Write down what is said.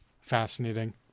fascinating